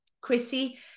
Chrissy